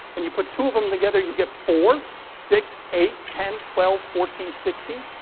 and you put two of them together, you get four. six. eight. ten. twelve. fourteen. sixteen.